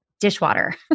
dishwater